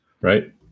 Right